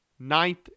Ninth